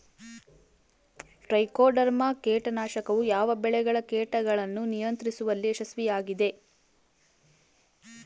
Trichoderma ಕೇಟನಾಶಕವು ಯಾವ ಬೆಳೆಗಳ ಕೇಟಗಳನ್ನು ನಿಯಂತ್ರಿಸುವಲ್ಲಿ ಯಶಸ್ವಿಯಾಗಿದೆ?